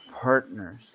partners